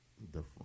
Different